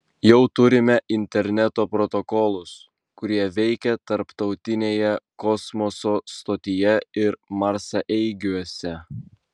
jau turime interneto protokolus kurie veikia tarptautinėje kosmoso stotyje ir marsaeigiuose